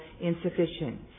insufficient